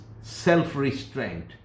self-restraint